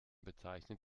bezeichnet